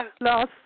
last